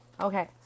Okay